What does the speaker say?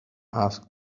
asked